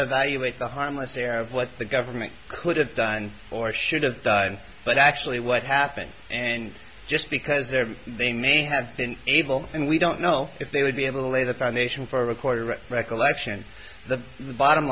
evaluate the harmless error of what the government could have done or should have done but actually what happened and just because there they may have been evil and we don't know if they would be able to lay the foundation for a record or recollection the bottom